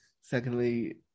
Secondly